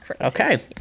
okay